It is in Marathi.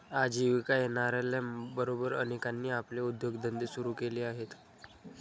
आजीविका एन.आर.एल.एम बरोबर अनेकांनी आपले उद्योगधंदे सुरू केले आहेत